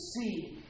see